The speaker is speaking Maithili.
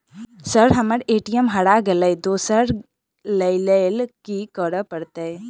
सर हम्मर ए.टी.एम हरा गइलए दोसर लईलैल की करऽ परतै?